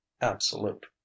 absolute